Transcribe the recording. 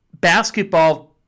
Basketball